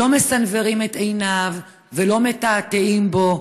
לא מסנוורים את עיניו ולא מתעתעים בו.